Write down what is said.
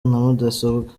mudasobwa